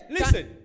Listen